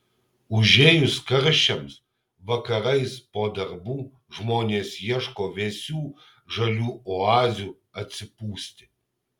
užėjus karščiams vakarais po darbų žmonės ieško vėsių žalių oazių atsipūsti